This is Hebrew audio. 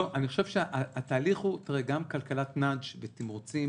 לא, גם כלכלת --- ותמרוצים